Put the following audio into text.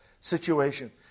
situation